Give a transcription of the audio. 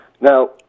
Now